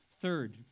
Third